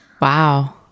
Wow